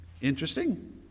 Interesting